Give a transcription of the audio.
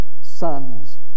son's